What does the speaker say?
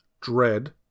dread